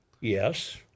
Yes